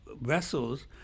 vessels